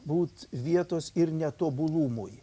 būt vietos ir netobulumui